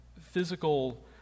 physical